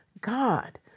God